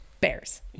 bears